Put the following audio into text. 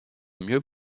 mieux